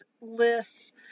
lists